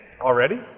Already